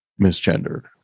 misgendered